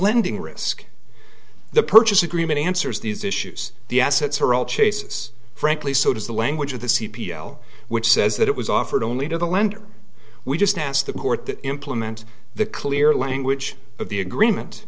lending risk the purchase agreement answers these issues the assets are all chases frankly so does the language of the c p l which says that it was offered only to the lender we just asked the court that implement the clear language of the agreement